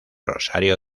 rosario